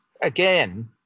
again